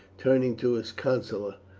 turning to his councillor,